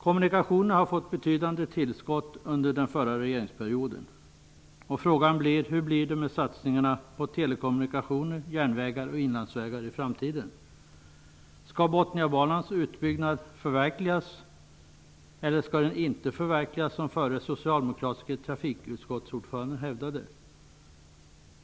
Kommunikationerna har fått betydande tillskott under den förra regeringsperioden. Hur blir det med satsningar på telekommunikationer, järnvägar och inlandsvägar i framtiden? Skall Botniabanans utbyggnad förverkligas, eller skall den inte förverkligas, som förre socialdemokratiska trafikutskottsordförande hävdade?